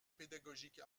pédagogique